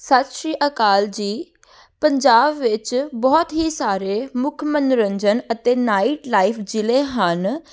ਸਤਿ ਸ਼੍ਰੀ ਅਕਾਲ ਜੀ ਪੰਜਾਬ ਵਿੱਚ ਬਹੁਤ ਹੀ ਸਾਰੇ ਮੁੱਖ ਮਨੋਰੰਜਨ ਅਤੇ ਨਾਈਟ ਲਾਈਫ ਜ਼ਿਲ੍ਹੇ ਹਨ